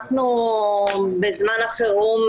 אנחנו בזמן החירום,